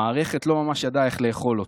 המערכת לא ממש ידעה איך לאכול אותי,